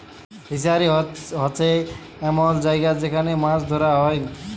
fishery হছে এমল জায়গা যেখালে মাছ ধ্যরা হ্যয়